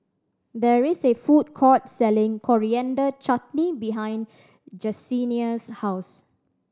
there is a food court selling Coriander Chutney behind Jesenia's house